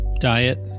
diet